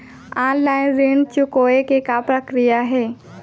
Online ऋण चुकोय के का प्रक्रिया हे?